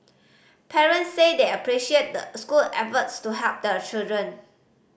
parents said they appreciated the school efforts to help their children